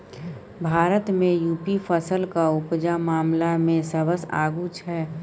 भारत मे युपी फसलक उपजा मामला मे सबसँ आगु छै